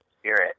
spirit